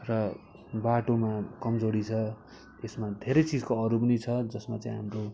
र बाटोमा कमजोरी छ त्यसमा धेरै चिजको अरू पनि छ जसमा चाहिँ हाम्रो